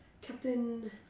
Captain